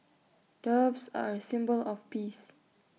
doves are A symbol of peace